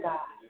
God